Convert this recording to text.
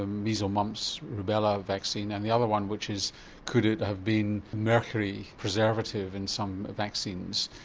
ah measles, mumps, rubella vaccine and the other one which is could it have been mercury preservative in some vaccines.